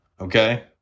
Okay